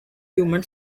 human